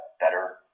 better